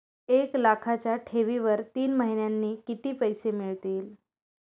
एक लाखाच्या ठेवीवर तीन महिन्यांनी किती पैसे मिळतील?